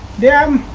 them